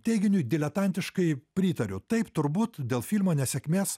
teiginiui diletantiškai pritariu taip turbūt dėl filmo nesėkmės